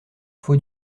faut